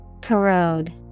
Corrode